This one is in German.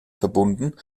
verbunden